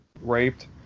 raped